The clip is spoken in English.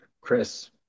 Chris